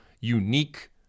unique